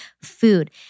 food